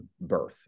birth